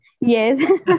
Yes